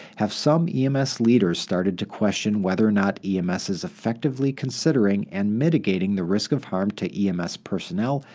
have some ems leaders started to question whether or not ems is effectively considering and mitigating the risk of harm to ems personnel,